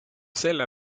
selle